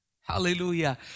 Hallelujah